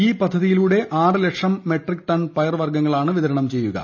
ഈ പദ്ധതിയിലൂടെ ആറ് ലക്ഷം മെട്രിക് ടൺ പയറു വർഗ്ഗങ്ങളാണ് വിതരണം ചെയ്യുക